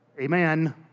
Amen